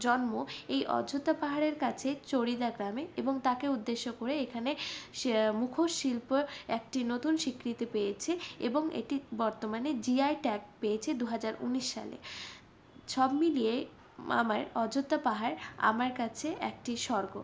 জন্ম এই অযোধ্যা পাহাড়ের কাছে চড়িদা গ্রামে এবং তাকে উদ্দেশ্য করে এখানে মুখোশ শিল্প একটি নতুন স্বীকৃতি পেয়েছে এবং এটি বর্তমানে জিআই ট্যাগ পেয়েছে দু হাজার উনিশ সালে সব মিলিয়ে আমার অযোধ্যা পাহাড় আমার কাছে একটি স্বর্গ